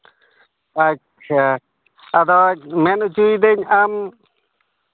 ᱟᱪᱪᱷᱟ ᱟᱫᱚ ᱢᱮᱱ ᱦᱚᱪᱚᱭᱮᱫᱟᱹᱧ ᱟᱢ